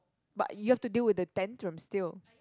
but you have to deal with the ten terms still